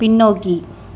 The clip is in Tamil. பின்னோக்கி